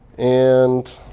and